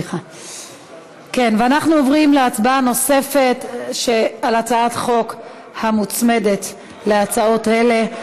ואנחנו עוברים להצבעה נוספת על הצעת החוק המוצמדת להצעות אלה: